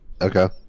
Okay